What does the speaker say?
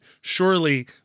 surely